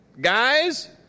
Guys